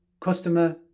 customer